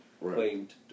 claimed